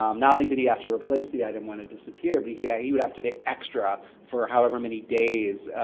um not only did he have to replace the item when it disappeared, but yeah he would have to pay extra for however many days